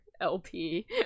lp